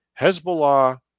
Hezbollah